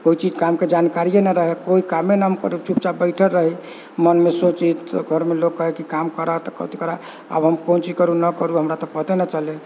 कोइ चीज कामके जानकारियै न रहै कोइ कामे न हम चुपचाप बैठल रही मनमे सोची तऽ घरमे लोक कहै कि काम करऽ तऽ कथि करऽ आब हम कोन चीज करू न करू हमरा तऽ पते न चलै